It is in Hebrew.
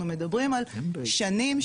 אנחנו מדברים על שנים,